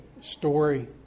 story